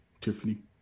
Tiffany